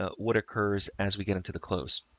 ah what occurs as we get into the close.